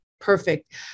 Perfect